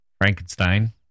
Frankenstein